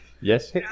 Yes